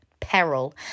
Peril